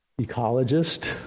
ecologist